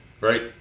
right